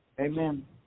Amen